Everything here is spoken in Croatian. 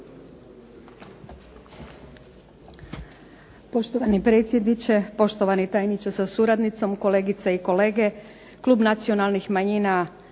Poštovani predsjedniče, poštovani tajniče sa suradnicom, kolegice i kolege. Klub nacionalnih manjina